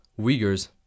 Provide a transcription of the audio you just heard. Uyghurs